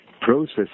process